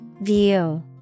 View